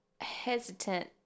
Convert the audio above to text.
hesitant